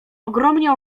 ogromnie